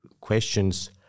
questions